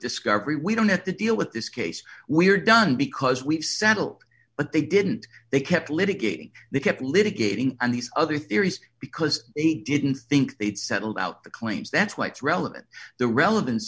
discovery we don't have to deal with this case we're done because we've settled but they didn't they kept litigating they kept litigating on these other theories because they didn't think they'd settled out the claims that's why it's relevant the relevance